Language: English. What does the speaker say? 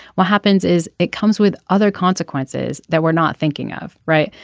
what happens is it comes with other consequences that we're not thinking of right.